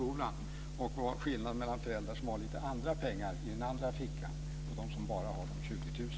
Det är också skillnad mellan föräldrar som har lite andra pengar i den andra fickan och föräldrar som bara har de